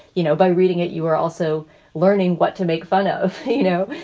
you know, by reading it, you are also learning what to make fun ah of, you know,